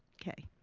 okay.